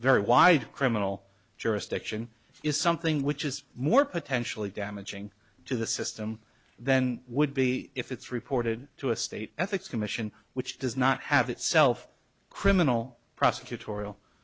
very wide criminal jurisdiction is something which is more potentially damaging to the system than would be if it's reported to a state ethics commission which does not have itself criminal prosecut